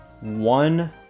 one